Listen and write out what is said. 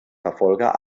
verfolger